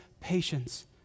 patience